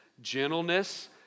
gentleness